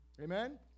Amen